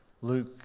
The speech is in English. Luke